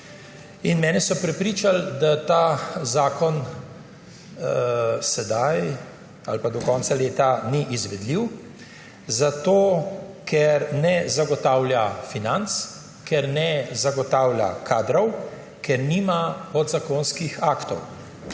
in mene so prepričali, da ta zakon sedaj ali pa do konca leta ni izvedljiv, zato ker ne zagotavlja financ, ker ne zagotavlja kadrov, ker nima podzakonskih aktov.